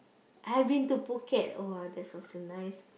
I've been two Phuket !wah! there was a nice